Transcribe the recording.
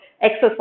exercise